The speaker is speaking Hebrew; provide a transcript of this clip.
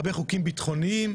הרבה חוקים ביטחוניים,